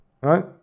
right